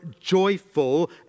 joyful